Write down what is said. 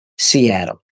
seattle